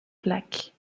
plaques